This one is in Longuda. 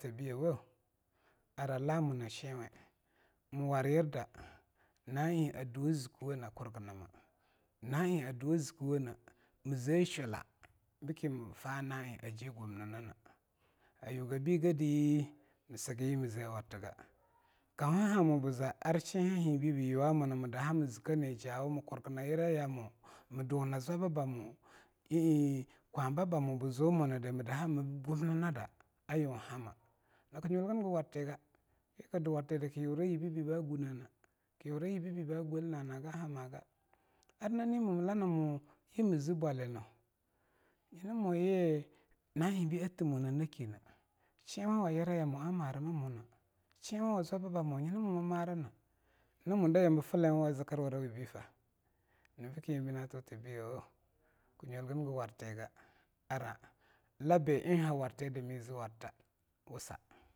Ta biyowo ara la muna sheinwe mwaryirda na'a eing aduwe zkwene kurgnama, na'a eing a duwe zkwene shula nke mfa na'a eig a jigumnnana a yuga bigadi msiga yi ze wartn ga. Kauhahamo bza ar shei hebe byuwa muna mdaha mzke nijawa mkaurgna yira yamo mduna zwabbamo een kwabbamo bziu munda mdaha mabgu mninnada ayunhama Naknyulgngwartiga. Kikadwartida kyura yibebi ba gunana, yi bebi ba golnana haganhaga. Ar nani moyi mzbwalyina nyina muyi na'a eingbei a timuna naki ne shenwuwa yira yame a mara muna, shenwuwa zwabbamo nyinamo mab marana, nyi namo da yamba fleiwa zkrwurawibifa. Nyina bke eingbei na totabi ya wo, knyulgngwarti ga ara la be eing ha a wartina adake zwarta wussa.